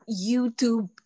YouTube